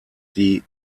die